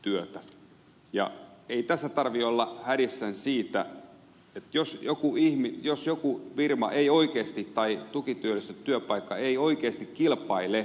ei tässä tarvitse olla hädissään siitä jos joku firma tai tukityöllistetty työpaikka ei oikeasti kilpaile